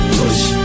push